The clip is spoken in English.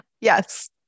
Yes